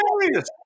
hilarious